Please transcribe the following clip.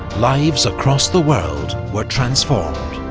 lives across the world were transformed.